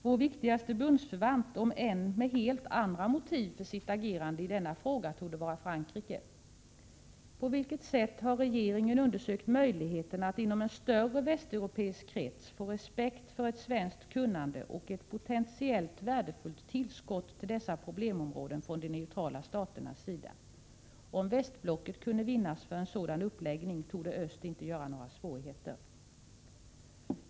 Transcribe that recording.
Vår viktigaste bundsförvant i denna fråga — om än med helt andra motiv för sitt agerande — torde vara Frankrike. På vilket sätt har regeringen undersökt möjligheterna att inom en större västeuropeisk krets få respekt för ett svenskt kunnande och ett potentiellt värdefullt tillskott till dessa problemområden från de neutrala staternas sida? Om västblocket kunde vinnas för en sådan uppläggning torde öst inte göra några svårigheter.